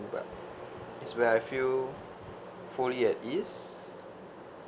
but it's where I feel fully at ease